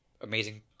amazing